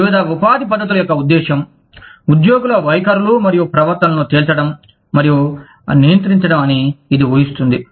వివిధ ఉపాధి పద్ధతుల యొక్క ఉద్దేశ్యం ఉద్యోగుల వైఖరులు మరియు ప్రవర్తనలను తేల్చడం మరియు నియంత్రించడం అని ఇది ఊ హిస్తుంది